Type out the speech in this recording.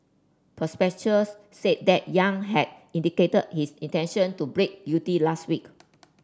said that Yang had indicated his intention to break guilty last week